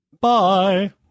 Bye